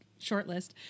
shortlist